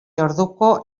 orduko